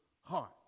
heart